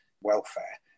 welfare